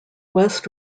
west